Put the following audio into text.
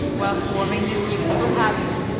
while forming this useful habit,